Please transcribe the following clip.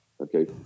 Okay